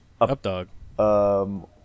Updog